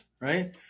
right